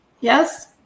Yes